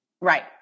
Right